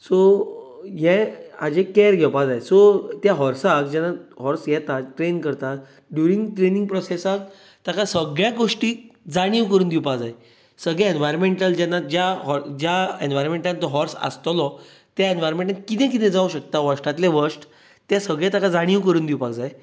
so हें हाचें care घेवपाक जाय सो त्या हाॅर्साक जेन्ना हाॅर्स येता तेन्ना ट्रेन करता ड्यूरिंग क्लिनींग प्रोसेसाक ताका सगळ्या गोश्टी जाणीव करून दिवपाक जाय सगल्या एन्वायराॅमेंटल जेन्ना ज्या एन्वायाॅमेंटान तो हाॅर्स आसतलो त्या एन्वाराॅमेंटान कितें कितें जावंक शकता वस्टातलें वस्ट तें सगळें ताका जाणीव करून दिवपाक जाय